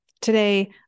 today